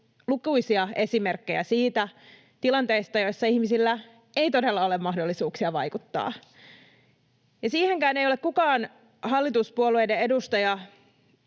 lukuisia esimerkkejä tilanteista, joissa ihmisillä ei todella ole mahdollisuuksia vaikuttaa. Ja siihenkään ei ole kukaan hallituspuolueiden edustaja